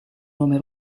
nome